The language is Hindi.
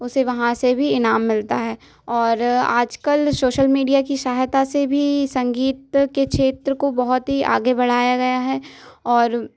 उसे वहाँ से भी इनाम मिलता है और आज कल सोसल मिडिया की सहायता से भी संगीत के क्षेत्र को बहुत ही आगे बढ़ाया गया है और